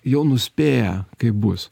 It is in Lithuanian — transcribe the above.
jau nuspėja kaip bus